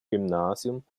gymnasium